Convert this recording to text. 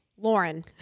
Lauren